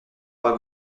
pas